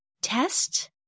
test